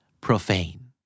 profane